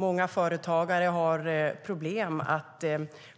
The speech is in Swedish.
Många företagare har problem med att